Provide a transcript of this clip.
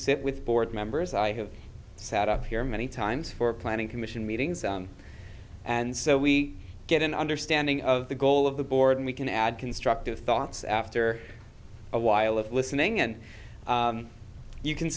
sit with board members i have sat up here many times for planning commission meetings and so we get an understanding of the goal of the board and we can add constructive thoughts after a while of listening and you can